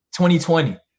2020